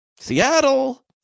Seattle